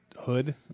hood